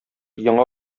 яңа